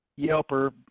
yelper